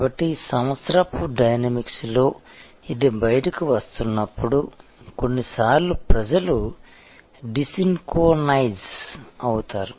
కాబట్టి సంవత్సరపు డైనమిక్స్లో ఇది బయటకు వస్తున్నప్పుడు కొన్నిసార్లు ప్రజలు డీసిన్క్రోనైజ్ అవుతారు